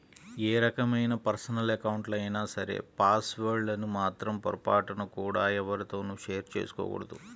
ఏ రకమైన పర్సనల్ అకౌంట్లైనా సరే పాస్ వర్డ్ లను మాత్రం పొరపాటున కూడా ఎవ్వరితోనూ షేర్ చేసుకోకూడదు